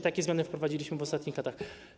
Takie zmiany wprowadziliśmy w ostatnich latach.